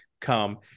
come